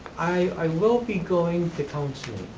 i will be going to counseling.